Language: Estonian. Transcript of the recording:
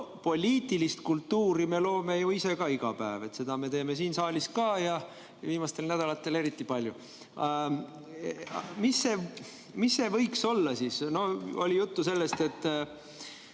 Poliitilist kultuuri me loome ju ise ka iga päev. Seda me teeme siin saalis ka ja viimastel nädalatel eriti palju. Mis see võiks olla siis? No oli juttu sellest, et